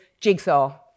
jigsaw